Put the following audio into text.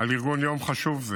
על ארגון יום חשוב זה.